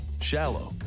shallow